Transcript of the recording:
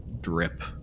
drip